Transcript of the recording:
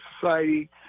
society